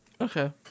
Okay